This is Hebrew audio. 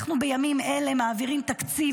אנחנו בימים אלה מעבירים תקציב